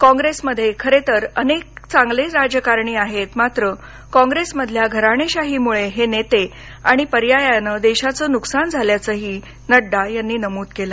कॉंग्रैसमध्ये खरे तर अनेक चांगले राजकारणी आहेत मात्र कॉंग्रैसमधल्या घराणेशाहीमुळे हे नेते आणि पर्यायानं देशाचं नुकसान झाल्याचंही नड्डा यांनी नमूद केलं